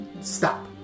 Stop